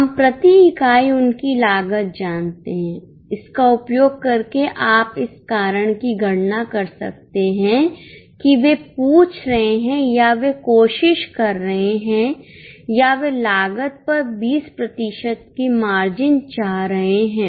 हम प्रति इकाई उनकी लागत जानते हैं इसका उपयोग करके आप इस कारण की गणना कर सकते हैं कि वे पूछ रहे हैं या वे कोशिश कर रहे हैं या वे लागत पर 20 प्रतिशत की मार्जिन चाह रहे हैं